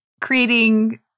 creating